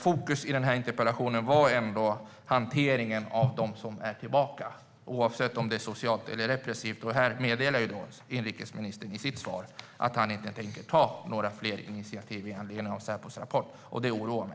Fokus i interpellationen var på hanteringen av dem som är tillbaka, oavsett om den är social eller repressiv. Här meddelar inrikesministern i sitt svar att han inte tänker ta några fler initiativ med anledning av Säpos rapport, och det oroar mig.